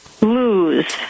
lose